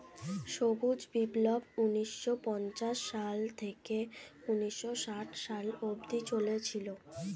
সবুজ বিপ্লব ঊন্নিশো পঞ্চাশ সাল থেকে ঊন্নিশো ষাট সালে অব্দি চলেছিল